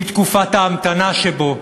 עם תקופת ההמתנה שבו